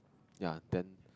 ya then